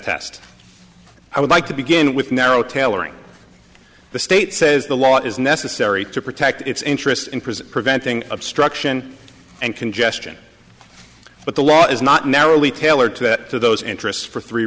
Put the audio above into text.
test i would like to begin with narrow tailoring the state says the law is necessary to protect its interests and preserve preventing obstruction and congestion but the law is not narrowly tailored to that to those interests for three